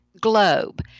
globe